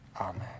Amen